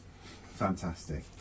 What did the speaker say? Fantastic